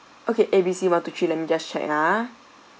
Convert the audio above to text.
okay A B C one two three let me just check ah